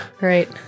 Right